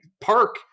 park